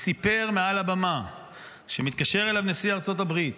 כשעמד פה ראש הממשלה אתמול וסיפר מעל הבמה שמתקשר אליו נשיא ארצות הברית